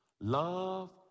love